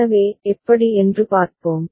எனவே எப்படி என்று பார்ப்போம்